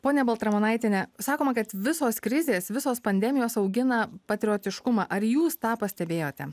ponia baltramonaitiene sakoma kad visos krizės visos pandemijos augina patriotiškumą ar jūs tą pastebėjote